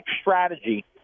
strategy